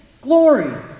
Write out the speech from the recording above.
glory